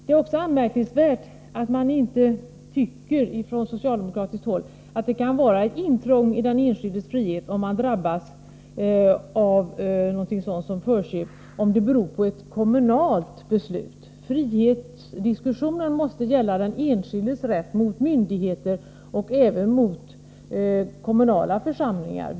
Det är också anmärkningsvärt att inte socialdemokraterna tycker att det är ett intrång i den enskildes frihet, om denne drabbas av ett kommunalt beslut om förköp. Frihetsdiskussionen måste gälla den enskildes rätt mot myndigheter och även mot kommunala församlingar.